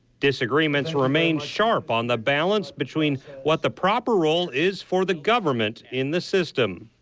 disagreements remain sharp on the balance between what the proper role is for the government in the system.